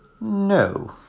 No